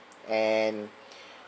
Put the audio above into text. and